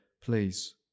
Please